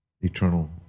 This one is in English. eternal